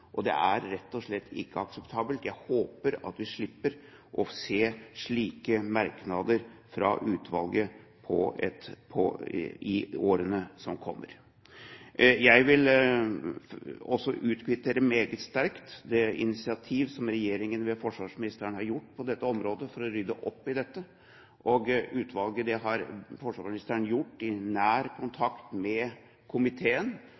Det er rett og slett ikke akseptabelt. Jeg håper at vi slipper å se slike merknader fra utvalget i årene som kommer. Jeg vil også utkvittere meget sterkt det initiativet som regjeringen ved forsvarsministeren har gjort på dette området for å rydde opp i dette. Forsvarsministeren har gjort det i nær kontakt med komiteen,